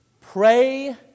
Pray